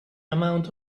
amount